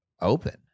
open